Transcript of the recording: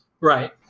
Right